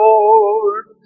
Lord